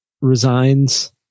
resigns